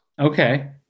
Okay